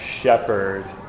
shepherd